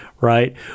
Right